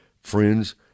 friends